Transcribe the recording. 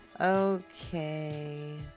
Okay